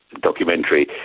documentary